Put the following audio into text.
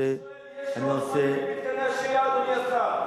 יש לוח זמנים למתקני השהייה, אדוני השר?